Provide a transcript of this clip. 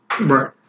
Right